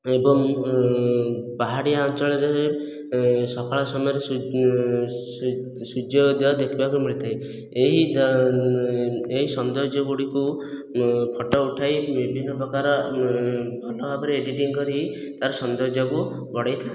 ଏବଂ ପାହାଡ଼ିଆ ଅଞ୍ଚଳରେ ସକାଳ ସମୟରେ ସୂର୍ଯ୍ୟୋଦୟ ଦେଖିବାକୁ ମିଳିଥାଏ ଏହି ଏହି ସୌନ୍ଦର୍ଯ୍ୟଗୁଡ଼ିକୁ ଫଟୋ ଉଠାଇ ବିଭିନ୍ନ ପ୍ରକାର ଭଲ ଭାବରେ ଏଡିଟିଙ୍ଗ୍ କରି ତାର ସୌନ୍ଦର୍ଯ୍ୟକୁ ବଢ଼ାଇଥାନ୍ତି